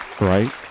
Right